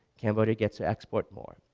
cambodia gets to export more.